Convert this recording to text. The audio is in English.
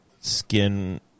skin